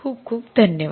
खूप खूप धन्यवाद